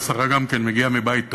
השרה גם כן מגיעה מבית טוב,